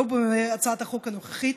לא בהצעת החוק הנוכחית